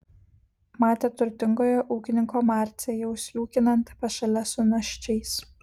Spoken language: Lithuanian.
matė turtingojo ūkininko marcę jau sliūkinant pašale su naščiais